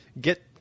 get